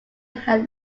had